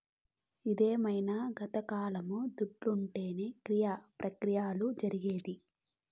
ఇదేమైన గతకాలమా దుడ్డుంటేనే క్రియ ప్రక్రియలు జరిగేది